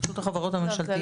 רשות החברות הממשלתיות.